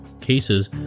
cases